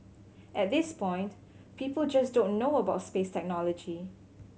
at this point people just don't know about space technology